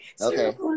Okay